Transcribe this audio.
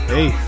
Hey